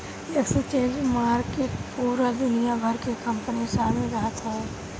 exchange market पूरा दुनिया भर के कंपनी शामिल रहत हवे